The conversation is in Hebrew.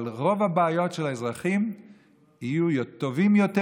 אבל רוב הבעיות של האזרחים יהיו במצב טוב יותר,